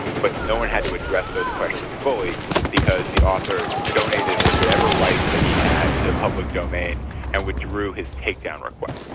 but no-one had to address those questions fully because the author donated whatever rights that he had to the public domain and withdrew his take-down request.